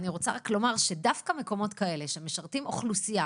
אני רוצה לומר שדווקא מקומות כאלה שמשרתים אוכלוסייה